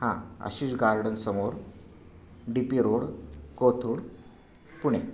हां आशीष गार्डनसमोर D P road Kothrud Pune